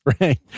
right